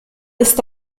ist